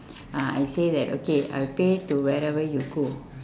uh I say that okay I'll pay to wherever you go